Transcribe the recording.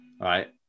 right